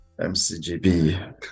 MCJB